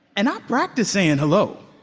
and i practiced saying hello